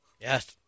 Yes